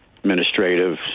administrative